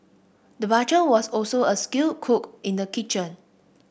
the butcher was also a skilled cook in the kitchen